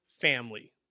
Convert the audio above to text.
family